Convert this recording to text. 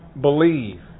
believe